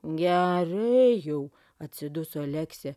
gerai jau atsiduso leksė